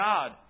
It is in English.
God